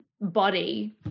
body